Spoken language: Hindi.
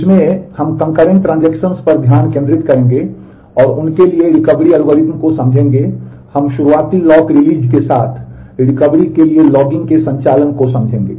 इसमें हम कंकरेंट ट्रांजेक्शन्स पर ध्यान केंद्रित करेंगे और उनके लिए रिकवरी एल्गोरिदम को समझेंगे और हम शुरुआती लॉक रिलीज के साथ रिकवरी के लिए लॉगिंग के संचालन को समझेंगे